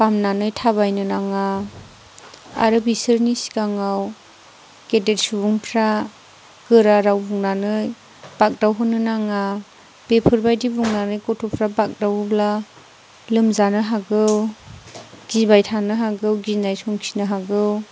बामनानै थाबायनो नाङा आरो बिसोरनि सिगाङाव गेदेर सुबुंफोरा गोरा राव बुंनानै बाग्दावहोनो नाङा बेफोरबायदि बुंनानै गथ'फोरा बाग्दावोब्ला लोमजानो हागौ गिबाय थानो हागौ गिनाय संखिनो हागौ